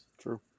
True